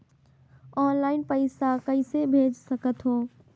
Online पइसा कइसे भेज सकत हो?